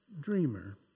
dreamer